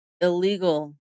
illegal